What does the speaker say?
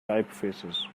typefaces